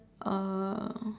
uh